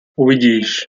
uvidíš